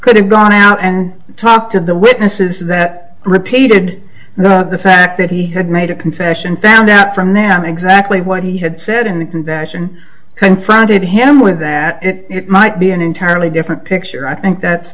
could have gone out and talked to the witnesses that repeated not the fact that he had made a confession found out from there on exactly what he had said in the convention confronted him with that it might be an entirely different picture i think that's